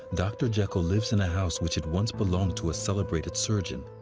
dr. jekyll lives in a house which had once belonged to a celebrated surgeon.